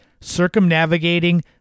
circumnavigating